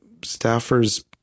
staffers